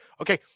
Okay